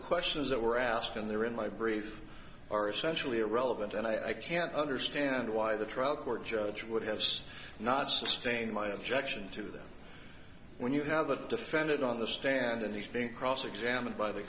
questions that were asked in there in my brief are essentially irrelevant and i can't understand why the trial court judge would have said not sustain my objection to them when you have a defendant on the stand and he's being cross examined by the